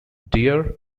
deer